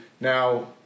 Now